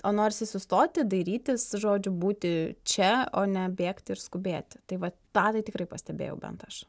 o norisi sustoti dairytis žodžiu būti čia o ne bėgti ir skubėti tai vat tą tai tikrai pastebėjau bent aš